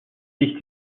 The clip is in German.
sich